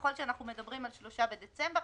ככל שאנחנו מדברים על 3 בדצמבר,